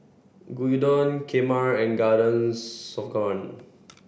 Gyudon Kheema and Garden